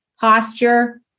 posture